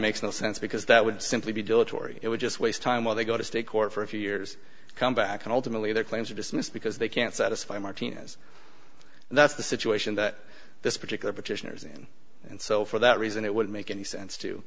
makes no sense because that would simply be dilatory it would just waste time while they go to state court for a few years come back and ultimately their claims are dismissed because they can't satisfy martinez and that's the situation that this particular petitioners in and so for that reason it would make any sense to